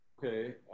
okay